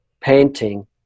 painting